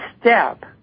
step